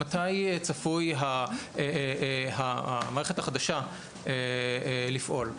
מתי צפויה המערכת החדשה לפעול.